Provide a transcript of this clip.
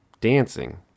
dancing